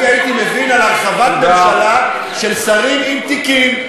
אני הייתי מבין הרחבת ממשלה בשרים עם תיקים.